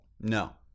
No